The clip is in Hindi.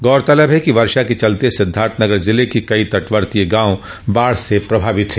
गौरतलब है कि वर्षा के चलते सिद्धार्थनगर जिले के कई तटवर्तीय गांव बाढ़ से प्रभावित है